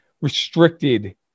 restricted